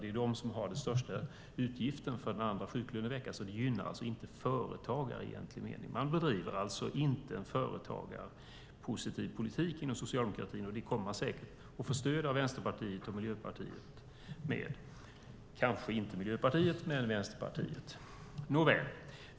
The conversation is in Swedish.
Det är de som har de största utgifterna för den andra sjuklöneveckan. Det gynnar alltså inte företagare. Man bedriver alltså inte en företagarpositiv politik inom socialdemokratin. Det kommer man säkert att få stöd av Vänsterpartiet och Miljöpartiet för, kanske inte Miljöpartiet men Vänsterpartiet. Nåväl!